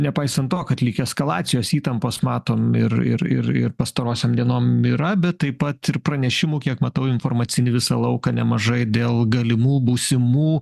nepaisant to kad lyg eskalacijos įtampos matom ir ir ir ir pastarosiom dienom yra bet taip pat ir pranešimų kiek matau informacinį visą lauką nemažai dėl galimų būsimų